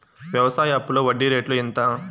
వ్యవసాయ అప్పులో వడ్డీ రేట్లు ఎంత?